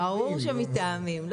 ברור שמטעמים.